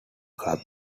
club